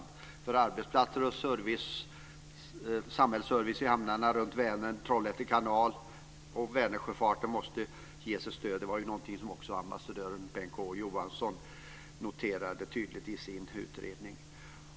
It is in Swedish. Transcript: De är viktiga för arbetsplatser och samhällsservice. Hamnarna runt Vänern, Trollhätte kanal och Vänersjöfarten måste ges ett stöd. Det var också något som ambassadör Bengt K Å Johansson noterade tydligt i sin utredning.